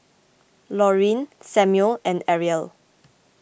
Laurene Samuel and Arielle